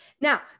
Now